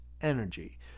energy